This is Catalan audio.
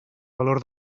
valor